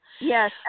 Yes